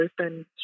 open